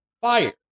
fire